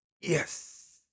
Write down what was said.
yes